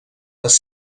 les